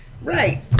Right